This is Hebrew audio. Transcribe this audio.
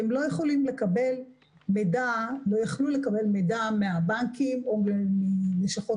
כי הם לא יכלו לקבל מידע מן הבנקים או מלשכות